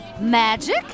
magic